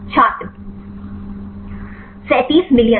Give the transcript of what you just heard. छात्र 37 मिलियन